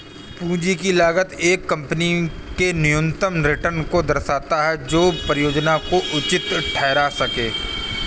पूंजी की लागत एक कंपनी के न्यूनतम रिटर्न को दर्शाता है जो परियोजना को उचित ठहरा सकें